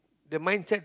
the mindset